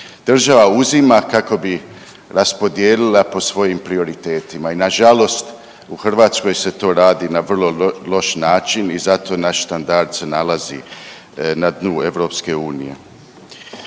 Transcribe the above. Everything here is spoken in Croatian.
država uzima kako bi raspodijelila po svojim prioritetima i nažalost u Hrvatskoj se to radi na vrlo loš način i zato naš standard se nalazi na dnu EU.